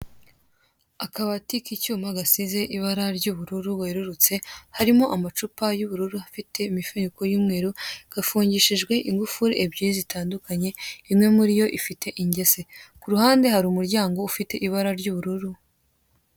Akabati k'icyuma gasize ibara ry'ubururu wererutse harimo amacupa y'ubururu afite imifuniko y'umweru gafungishijwe ingufuri ebyiri zitandukanye imwe muri yo ifite ingese, kuruhande hari umuryango ufite ibara ry'ubururu.